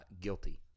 Guilty